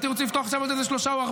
יש לך מוסדות ששם יש גם 100% לימודים,